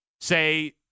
Say